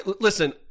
Listen